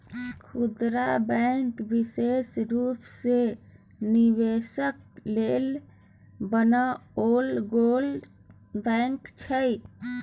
खुदरा बैंक विशेष रूप सँ निवेशक लेल बनाओल गेल बैंक छै